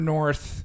North